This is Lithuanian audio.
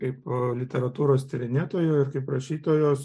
kaip literatūros tyrinėtojo ir kaip rašytojo